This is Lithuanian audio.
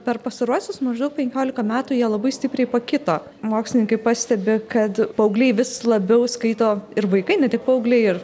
per pastaruosius maždaug penkiolika metų jie labai stipriai pakito mokslininkai pastebi kad paaugliai vis labiau skaito ir vaikai ne tik paaugliai ir